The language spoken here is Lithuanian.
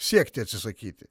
siekti atsisakyti